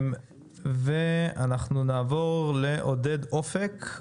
אנחנו נעבור לעודד אופק,